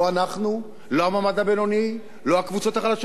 לא אנחנו, לא המעמד הבינוני, לא הקבוצות החלשות.